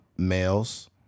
Males